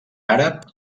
àrab